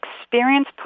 experience